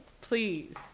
please